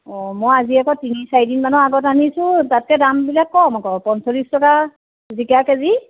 অঁ মই আজি আকৌ তিনি চাৰিদিনমানৰ আগত আনিছোঁ তাতকৈ দামবিলাক কম আকৌ পঞ্চল্লিছ টকা জিকা কেজি